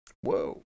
whoa